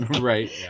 Right